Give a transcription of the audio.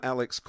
Alex